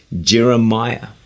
Jeremiah